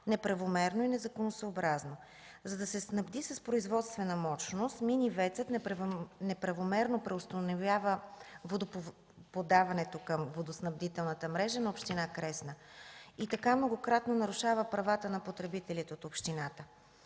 неправомерно и незаконосъобразно. За да се снабди с производствена мощност мини ВЕЦ-ът неправомерно преустановява водоподаването към водоснабдителната мрежа на община Кресна. И така многократно нарушава правата на потребителите от общината.